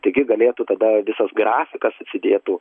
taigi galėtų tada visos grafikas atsidėtų